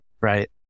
right